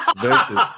versus